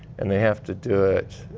and they have to do it.